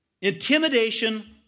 Intimidation